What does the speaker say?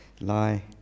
lie